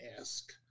ask